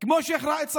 כמו שייח' ראאד סלאח,